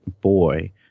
boy